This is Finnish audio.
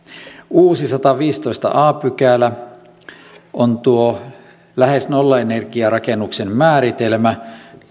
uusi sadasviidestoista a pykälä on tuo lähes nollaenergiarakennuksen määritelmä